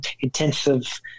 intensive